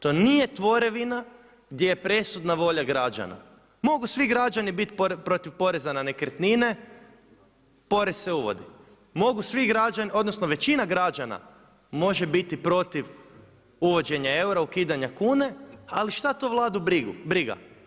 To nije tvorevina gdje je presudna uloga građana. mogu svi građani biti protiv poreza na nekretnine, porez se uvodi, mogu svi građani odnosno većina građana može biti protiv uvođenja eura, ukidanja kuna, ali šta to vladu briga.